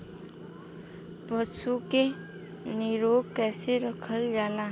पशु के निरोग कईसे रखल जाला?